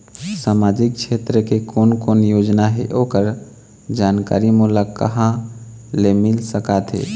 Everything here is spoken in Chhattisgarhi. सामाजिक क्षेत्र के कोन कोन योजना हे ओकर जानकारी मोला कहा ले मिल सका थे?